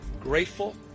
grateful